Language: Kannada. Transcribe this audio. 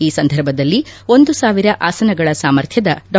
ಈ ಸಂದರ್ಭದಲ್ಲಿ ಒಂದು ಸಾವಿರ ಆಸನಗಳ ಸಾಮರ್ಥ್ಯದ ಡಾ